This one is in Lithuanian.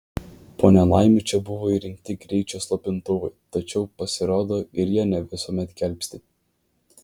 po nelaimių čia buvo įrengti greičio slopintuvai tačiau pasirodo ir jie ne visuomet gelbsti